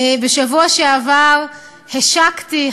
אני בשבוע שעבר השקתי,